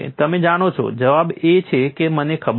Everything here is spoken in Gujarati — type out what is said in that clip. તમે જાણો છો જવાબ એ છે કે મને ખબર નથી